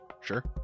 Sure